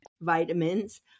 vitamins